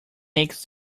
makes